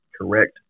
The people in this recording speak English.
correct